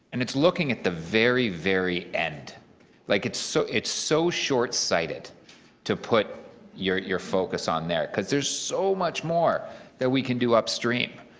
and it looking at the very, very end like it's so it's so short sighted to put your your focus on there because there's so much more that we can do upstream.